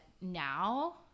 now